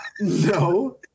No